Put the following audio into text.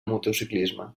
motociclisme